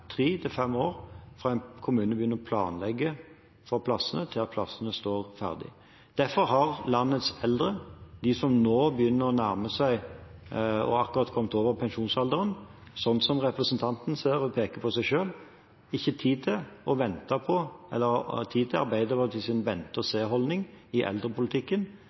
tre til fem år fra en kommune begynner å planlegge for plassene til plassene står ferdige. Derfor har ikke landets eldre, de som nå begynner å nærme seg eller akkurat har kommet over pensjonsalderen – slik representanten sier og peker på seg selv – tid til Arbeiderpartiets vente-og-se-holdning i eldrepolitikken. De har faktisk behov for å ha